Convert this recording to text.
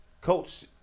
coach